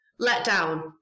letdown